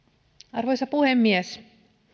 arvoisa puhemies